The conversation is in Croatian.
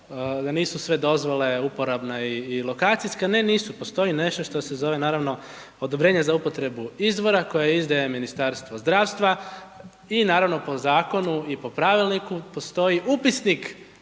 da nisu sve dozvole, uporabna i lokacijska, ne nisu, postoji nešto što se zove, naravno, odobrenje za upotrebu izvora, koje izdaje Ministarstvo zdravstva i naravno po zakonu i po pravilniku postoji upisnik